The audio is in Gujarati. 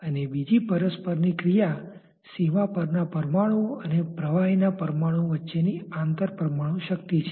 અને બીજીપરસ્પરની ક્રિયા સીમા પર ના પરમાણુઓ અને પ્રવાહીના પરમાણુઓ વચ્ચે ની આંતર પરમાણુ શક્તિ છે